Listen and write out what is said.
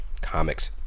comics